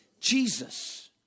Jesus